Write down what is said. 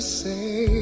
say